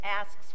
asks